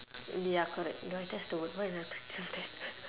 ya correct ya that's the word why I never to think of that